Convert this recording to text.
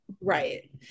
right